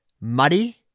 muddy